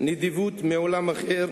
נדיבות מעולם אחר,